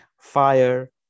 Fire